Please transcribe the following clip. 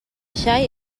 xai